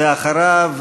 ואחריו,